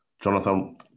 Jonathan